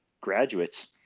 graduates